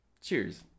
Cheers